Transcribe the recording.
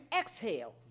exhale